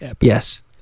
Yes